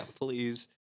please